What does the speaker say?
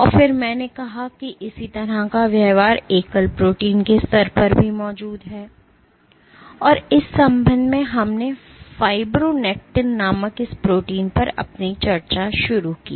और फिर मैंने कहा कि इसी तरह का व्यवहार एकल प्रोटीन के स्तर पर भी मौजूद है और इस संबंध में हमने फाइब्रोनेक्टिन नामक इस प्रोटीन पर अपनी चर्चा शुरू की